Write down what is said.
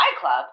Club